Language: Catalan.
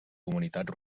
comunitats